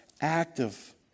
active